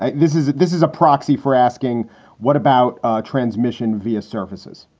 and this is this is a proxy for asking what about transmission versus surfaces?